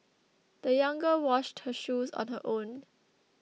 the young girl washed her shoes on her own